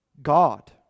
god